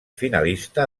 finalista